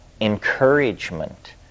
encouragement